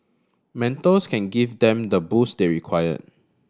mentors can give them the boost they require